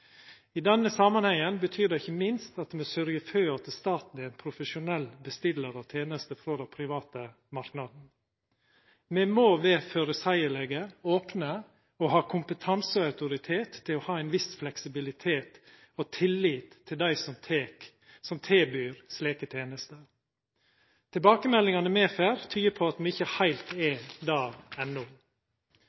I denne samanhengen betyr det ikkje minst at me sørgjer for at staten er ein profesjonell bestillar av tenester frå den private marknaden. Me må vera føreseielege, opne og ha kompetanse og autoritet til å ha ein viss fleksibilitet og tillit til dei som tilbyr slike tenester. Tilbakemeldingane me får, tyder på at me ikkje er der heilt enno.